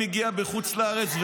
מגיע מחוץ לארץ,